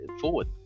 forward